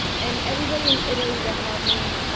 and everybody in italy that helped me.